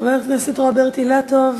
חבר הכנסת רוברט אילטוב,